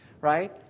right